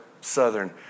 southern